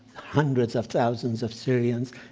hundreds of thousands of syrians,